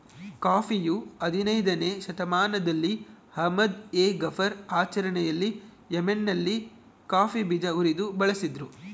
ಕಾಫಿಯು ಹದಿನಯ್ದನೇ ಶತಮಾನದಲ್ಲಿ ಅಹ್ಮದ್ ಎ ಗಫರ್ ಆಚರಣೆಯಲ್ಲಿ ಯೆಮೆನ್ನಲ್ಲಿ ಕಾಫಿ ಬೀಜ ಉರಿದು ಬಳಸಿದ್ರು